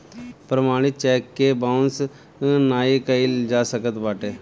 प्रमाणित चेक के बाउंस नाइ कइल जा सकत बाटे